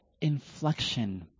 inflection